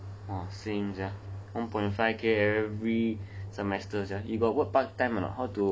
!wah! same sia one point five K every semester sia you got work part time or not how to pay